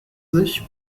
sich